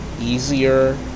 easier